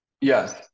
Yes